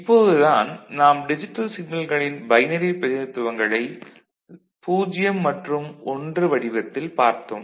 இப்போது தான் நாம் டிஜிட்டல் சிக்னல்களின் பைனரி பிரதிநிதித்துவங்களை 0 மற்றும் 1 வடிவத்தில் பார்த்தோம்